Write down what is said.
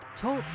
talk